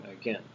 again